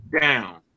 down